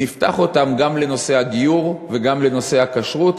נפתח אותם גם לנושא הגיור וגם לנושא הכשרות.